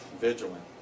vigilant